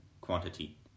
quantity